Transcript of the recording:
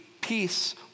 peace